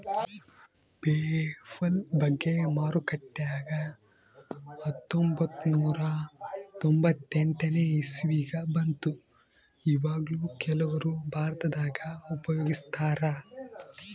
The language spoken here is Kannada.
ಪೇಪಲ್ ಬಗ್ಗೆ ಮಾರುಕಟ್ಟೆಗ ಹತ್ತೊಂಭತ್ತು ನೂರ ತೊಂಬತ್ತೆಂಟನೇ ಇಸವಿಗ ಬಂತು ಈವಗ್ಲೂ ಕೆಲವರು ಭಾರತದಗ ಉಪಯೋಗಿಸ್ತರಾ